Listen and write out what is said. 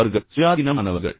அவர்கள் சுயாதீனமானவர்கள்